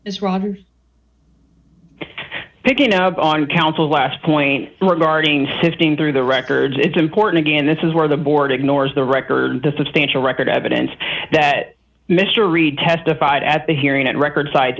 is robert picking up on the council's last point regarding sifting through the records it's important again this is where the board ignores the record the substantial record evidence that mr reed testified at the hearing and record side